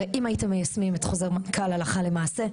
הרי אם הייתם מיישמים את חוזר מנכ"ל הלכה למעשה,